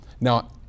Now